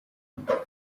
imitungo